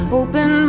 open